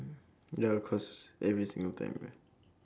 mm ya of course every single time ya